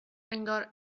انگار